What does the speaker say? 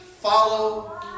follow